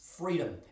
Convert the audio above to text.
Freedom